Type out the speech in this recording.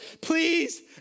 please